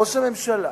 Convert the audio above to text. ראש הממשלה